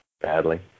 Badly